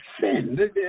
sin